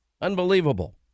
Unbelievable